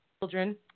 children